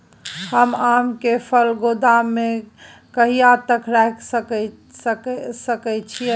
हम आम के फल गोदाम में कहिया तक रख सकलियै?